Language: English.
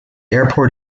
airport